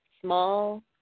small